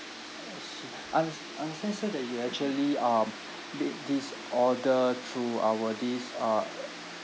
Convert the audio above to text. I see unds~ understand so that you actually um made this order through our this uh